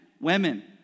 women